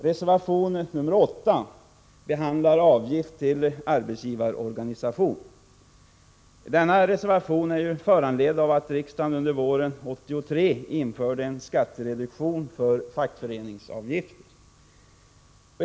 reservation är föranledd av att riksdagen under våren 1983 införde en skattereduktion för fackföreningsavgifter.